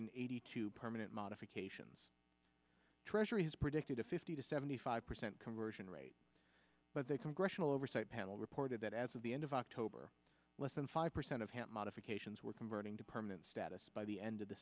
eighty two permanent modifications treasury has predicted a fifty to seventy five percent conversion rate but they congressional oversight panel reported that as of the end of october less than five percent of hand modifications were converting to permanent status by the end